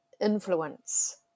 influence